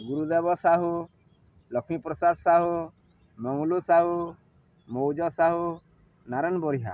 Gurudev Sahu Lakshmiprasad Sahu Manglu Sahu Mauj Sahu Narayan Baria